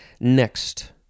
next